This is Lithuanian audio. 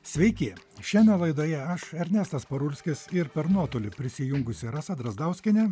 sveiki šiandien laidoje aš ernestas parulskis ir per nuotolį prisijungusi rasa drazdauskienė